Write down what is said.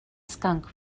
skunk